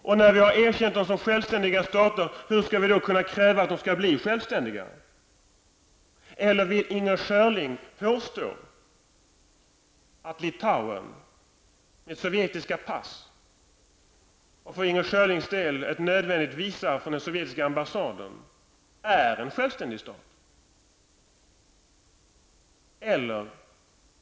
Om vi har erkänt dem som självständiga stater, hur skall vi då kunna kräva att de skall bli självständiga stater? Eller vill Inger Schörling påstå att Litauen, med sovjetiska pass och för Inger Schörlings del ett nödvändigt visa från den sovjetiska ambassaden, är en självständig stat?